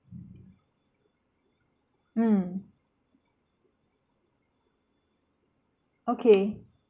mm okay